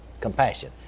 compassion